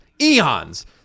Eons